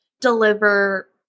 deliver